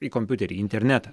į kompiuterį į internetą